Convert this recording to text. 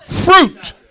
Fruit